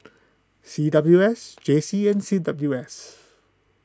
C W S J C and C W S